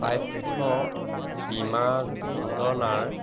স্বাস্থ্য বীমা যোজনাৰ